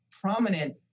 prominent